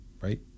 Right